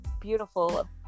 beautiful